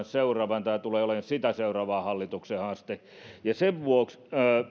seuraavan ja tämä tulee olemaan sitä seuraavan hallituksen haaste sen vuoksi